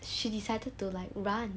she decided to like run